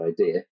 idea